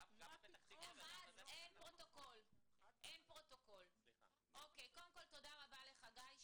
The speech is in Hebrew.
גם בפתח תקווה --- נגיד כך: תודה רבה לחגי.